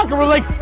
ah we're like,